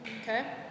okay